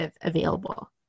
available